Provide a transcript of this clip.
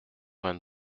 vingt